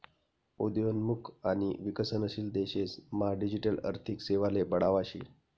उद्योन्मुख आणि विकसनशील देशेस मा डिजिटल आर्थिक सेवाले बढावा शे